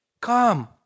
Come